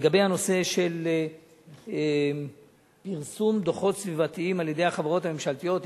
לגבי הנושא של פרסום דוחות סביבתיים על-ידי החברות הממשלתיות,